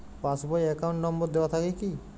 Pass বই এ account number দেওয়া থাকে কি?